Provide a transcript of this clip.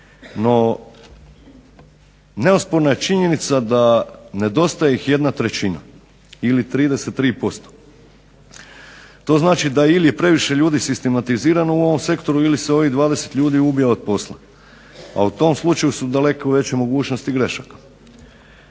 no neosporna je činjenica da ih nedostaje jedna trećina ili 33%. To znači da je ili previše ljudi sistematizirano u ovom sektoru ili se ovih 20 ljudi ubija od posla. A u tom slučaju su daleko veće mogućnosti grešaka.